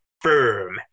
firm